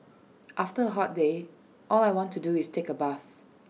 after A hot day all I want to do is take A bath